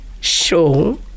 show